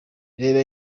reba